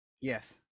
Yes